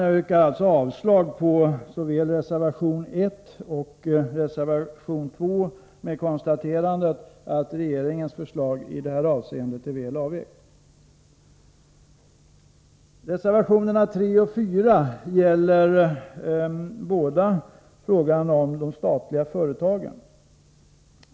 Jag yrkar alltså avslag på såväl reservation 1 som reservation 2 med konstaterandet att regeringens förslag i det här avseendet är väl avvägt. Reservationerna 3 och 4 gäller båda frågan om de statliga företagen.